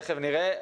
תודה רבה.